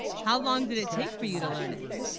how, long did it take for you to learn it